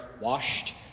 washed